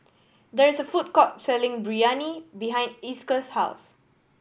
there is a food court selling Biryani behind Esker's house